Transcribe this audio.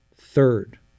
Third